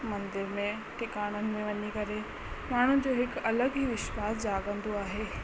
मंदर में टिकाणनि में वञी करे माण्हुनि जो हिकु अलॻि ई विश्वास जाॻंदो आहे